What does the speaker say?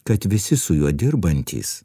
kad visi su juo dirbantys